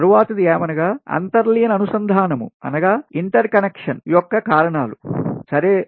తర్వాతది ఏమనగా అంతర్లీన అనుసంధానము inter connection ఇంటర్ కనెక్షన్ యొక్క కారణాలు సరే